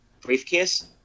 Briefcase